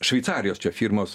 šveicarijos firmos